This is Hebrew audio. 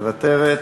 מוותרת,